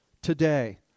Today